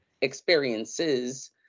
experiences